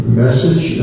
message